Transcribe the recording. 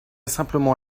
simplement